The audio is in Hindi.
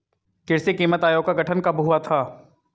कृषि कीमत आयोग का गठन कब हुआ था?